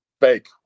Fake